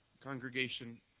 Congregation